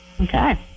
Okay